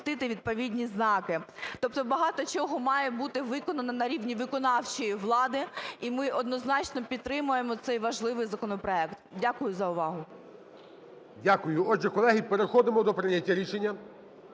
Дякую за увагу.